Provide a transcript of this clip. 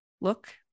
look